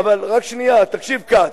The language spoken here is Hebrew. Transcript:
רק שנייה, תקשיב, כץ.